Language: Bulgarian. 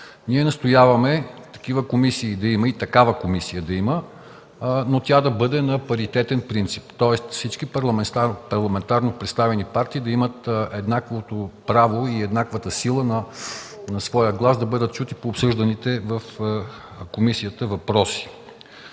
Ние настояваме такива комисии и такава комисия да има, но тя да бъде на паритетен принцип, тоест всички парламентарно представени партии да имат еднакво право и еднаква сила в своя глас, да бъдат чути по обсъжданите в комисията въпроси.